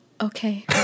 Okay